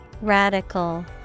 Radical